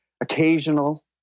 occasional